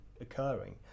occurring